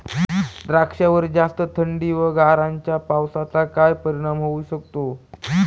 द्राक्षावर जास्त थंडी व गारांच्या पावसाचा काय परिणाम होऊ शकतो?